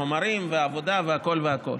חומרים ועבודה והכול והכול.